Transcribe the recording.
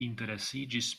interesiĝis